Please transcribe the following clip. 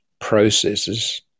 processes